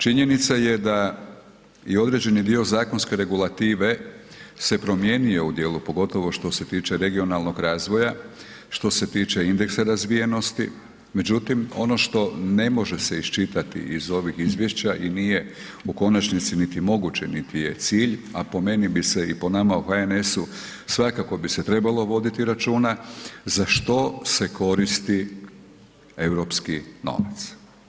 Činjenica je da je i određeni dio zakonske regulative se promijenio u dijelu, pogotovo što se tiče regionalnog razvoja, što se tiče indeksa razvijenosti, međutim, ono što ne može se isčitati iz ovih izvješća i nije u konačnici niti moguće, niti je cilj, a po meni bi se i po nama u HNS-u svakako bi se trebalo voditi računa za što se koristi europski novac.